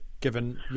given